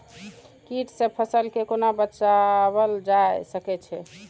कीट से फसल के कोना बचावल जाय सकैछ?